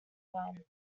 farm